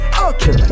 Okay